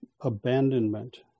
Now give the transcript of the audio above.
abandonment